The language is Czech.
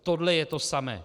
Tohle je to samé.